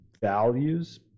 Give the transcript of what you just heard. values